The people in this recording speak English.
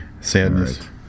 sadness